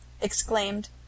exclaimed